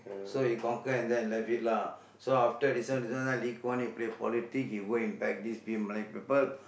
so he conquer and then he left it lah so after this one this one like Lee Kuan Yew play politic he go and beg this Malay people